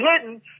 hidden